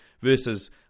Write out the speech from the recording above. versus